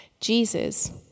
Jesus